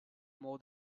more